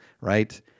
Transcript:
right